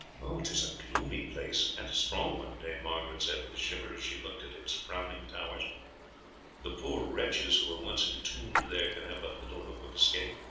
tis a gloomy place and a strong one, dame margaret said with a shiver as she looked at its frowning towers the poor wretches who are once entombed there can have but little hope of escape.